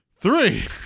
Three